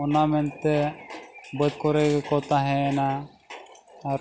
ᱚᱱᱟ ᱢᱮᱱᱛᱮ ᱵᱟᱹᱫᱽ ᱠᱚᱨᱮ ᱜᱮᱠᱚ ᱛᱟᱦᱮᱱᱟ ᱟᱨ